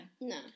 No